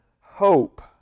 hope